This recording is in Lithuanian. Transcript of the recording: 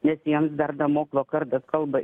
nes jiems dar damoklo kardas kalba